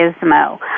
gizmo